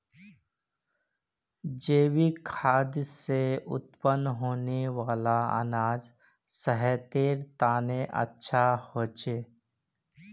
जैविक खाद से उत्पन्न होने वाला अनाज सेहतेर तने अच्छा होछे